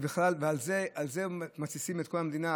על זה מתסיסים את כל המדינה,